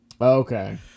Okay